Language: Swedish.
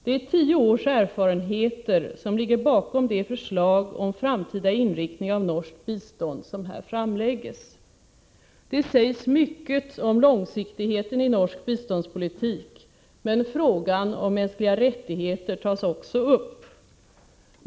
Det är tio års erfarenheter som ligger bakom de förslag om framtida inriktning av norskt bistånd som här framläggs. Det sägs mycket om långsiktigheten i norsk biståndspolitik men frågan om mänskliga rättigheter tas också upp.